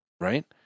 Right